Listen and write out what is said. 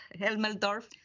Helmeldorf